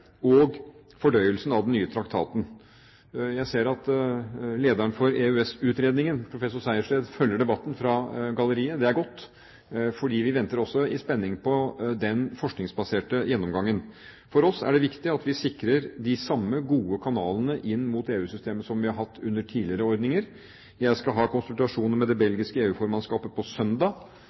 og fordøyelsen av den nye traktaten. Jeg ser at lederen for EØS-utredningen, professor Fredrik Sejersted, følger debatten fra galleriet. Det er godt, for vi venter i spenning på den forskningsbaserte gjennomgangen. For oss er det viktig at vi sikrer de samme gode kanalene inn mot EU-systemet som vi har hatt under tidligere ordninger. Jeg skal ha konsultasjoner med det belgiske EU-formannskapet på søndag.